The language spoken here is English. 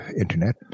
Internet